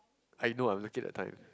I know I'm looking the time